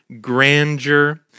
Grandeur